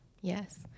Yes